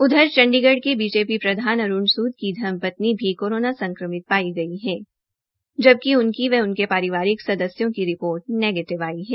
उधर चण्डीगढ के बीजेपी प्रधान अरूण सूद की धर्मपत्नी भी कोरोना संक्रमित पाई गई हैं जबकि उनकी और उनके पारिवारिक सदस्यों की रिपोर्ट नैगेटिव आई है